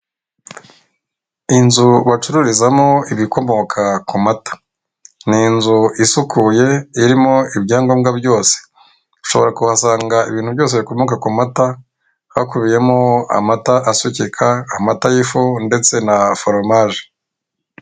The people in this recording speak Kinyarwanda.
Inzu bacururizamo ibikomoka ku mata. Ni inzu isukuye irimo ibyangombwa byose ushobora kuhasanga ibintu byose bikomoka ku mata hakubiyemo amata asukika, amata y'ifu ndetse na foromaje.